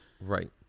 Right